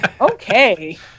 Okay